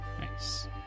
nice